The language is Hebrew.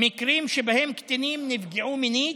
מקרים שבהם קטינים נפגעו מינית,